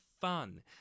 fun